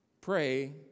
Pray